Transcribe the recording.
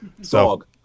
Dog